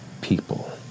people